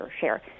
share